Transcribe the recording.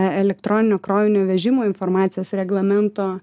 elektroninio krovinio vežimo informacijos reglamento